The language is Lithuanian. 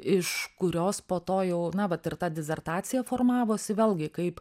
iš kurios po to jau na vat ir ta disertacija formavosi vėlgi kaip